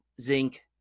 zinc